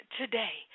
today